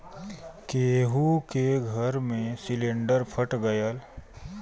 केहु के घर मे सिलिन्डर फट गयल